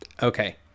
Okay